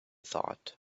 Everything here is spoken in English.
thought